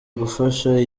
gufasha